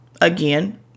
Again